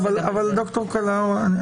אבל ד"ר קלהורה,